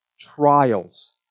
trials